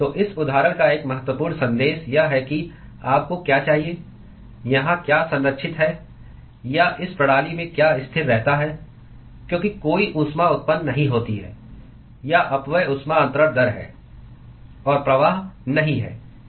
तो इस उदाहरण का एक महत्वपूर्ण संदेश यह है कि आपको क्या चाहिए यहां क्या संरक्षित है या इस प्रणाली में क्या स्थिर रहता है क्योंकि कोई ऊष्मा उत्पन्न नहीं होती है या अपव्यय ऊष्मा अंतरण दर है और प्रवाह नहीं है